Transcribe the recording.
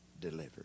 delivered